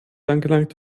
angelangt